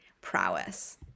prowess